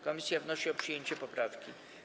Komisja wnosi o przyjęcie poprawki.